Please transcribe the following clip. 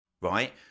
right